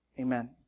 Amen